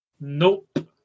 Nope